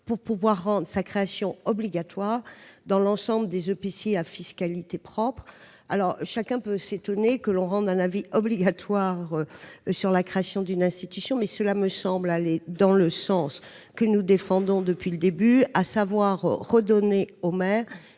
pour pouvoir rendre sa création obligatoire dans l'ensemble des EPCI à fiscalité propre. Chacun peut s'étonner que la commission soutienne une proposition visant à rendre obligatoire la création d'une institution, mais cela me semble aller dans le sens que nous défendons depuis le début, à savoir redonner aux maires